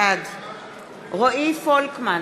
בעד רועי פולקמן,